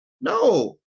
no